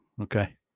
Okay